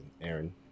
Aaron